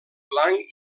blanc